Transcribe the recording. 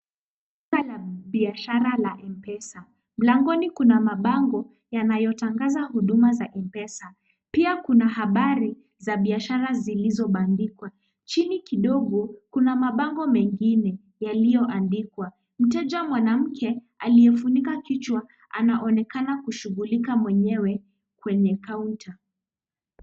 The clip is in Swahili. Duka la biashara la M-Pesa. Mlangoni kuna mabango yanayotangaza huduma za M-Pesa. Pia kuna habari za biashara zilizobandikwa. Chini kidogo kuna mabango mengine yaliyoandikwa. Mteja mwanamke aliyefunika kichwa anaonekana kushughulika mwenyewe kwenye kaunta.